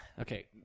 okay